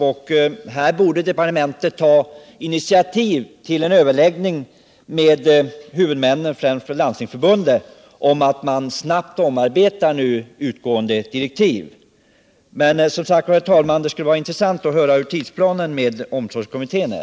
Departementet borde ta initiativ till en överläggning med huvudmännen, främst från Landstingsförbundet, om att snabbt omarbeta gällande direktiv. Men det skulle som sagt vara intressant att höra vilken tidsplan omsorgskommittén har.